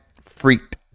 freaked